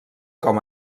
com